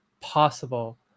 possible